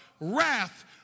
Wrath